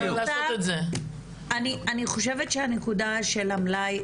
אני חושבת שהנקודה של המלאי,